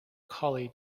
collie